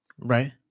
Right